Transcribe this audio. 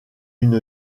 une